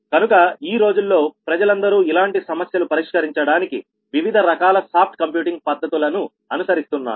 కనుక ఈ రోజుల్లో ప్రజలందరూ ఇలాంటి సమస్యలు పరిష్కరించడానికి వివిధ రకాల సాఫ్ట్ కంప్యూటింగ్ పద్ధతులను అనుసరిస్తున్నారు